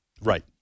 right